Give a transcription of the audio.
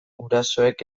gurasoek